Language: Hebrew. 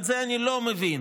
את זה אני לא מבין,